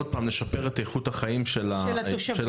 עוד פעם, לשפר את איכות החיים של התושבים.